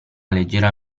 leggera